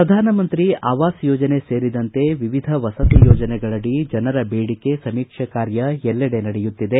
ಪ್ರಧಾನ ಮಂತ್ರಿ ಆವಾಸ್ ಯೋಜನೆ ಸೇರಿದಂತೆ ವಿವಿಧ ವಸತಿ ಯೋಜನೆಗಳಡಿ ಜನರ ಬೇಡಿಕೆ ಸಮೀಕ್ಷೆ ಕಾರ್ಯ ಎಲ್ಲೆಡೆ ನಡೆಯುತ್ತಿದೆ